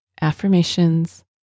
Affirmations